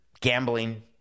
gambling